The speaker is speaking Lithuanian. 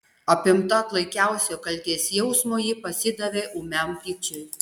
apimta klaikiausio kaltės jausmo ji pasidavė ūmiam pykčiui